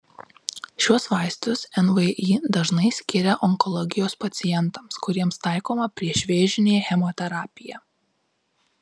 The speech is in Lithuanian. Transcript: šiuos vaistus nvi dažnai skiria onkologijos pacientams kuriems taikoma priešvėžinė chemoterapija